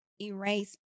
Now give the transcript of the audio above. erase